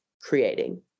creating